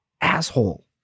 asshole